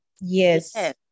yes